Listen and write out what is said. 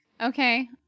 Okay